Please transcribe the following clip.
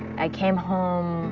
i came home